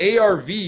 ARV